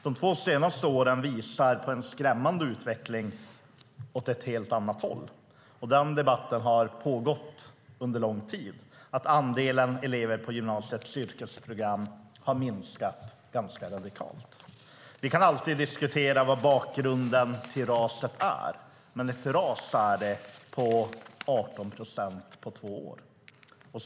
De två senaste åren visar på en skrämmande utveckling åt ett helt annat håll - och den debatten har pågått under lång tid - nämligen att andelen elever på gymnasiets yrkesprogram har minskat ganska radikalt. Vi kan alltid diskutera vad bakgrunden till raset är, men ett ras på 18 procent på två år är det.